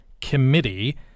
Committee